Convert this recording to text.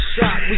shot